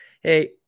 hey